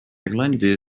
ирландии